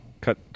cut